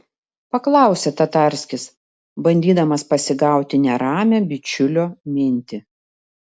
paklausė tatarskis bandydamas pasigauti neramią bičiulio mintį